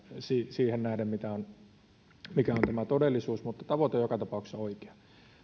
siihen nähden mikä on todellisuus mutta tavoite on joka tapauksessa oikea